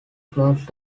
close